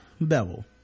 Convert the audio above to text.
bevel